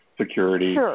security